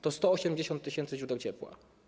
To 180 tys. źródeł ciepła.